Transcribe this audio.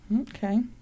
Okay